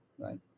right